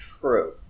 True